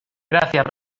gracias